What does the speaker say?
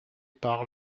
par